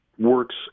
Works